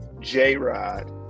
J-Rod